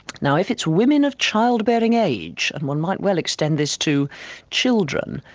now if it's women of childbearing age, and one might well extend this to children,